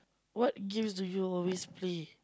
what games do you always play